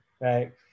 right